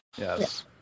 Yes